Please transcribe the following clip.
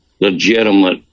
legitimate